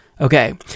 Okay